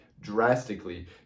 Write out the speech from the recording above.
drastically